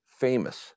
famous